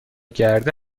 گرده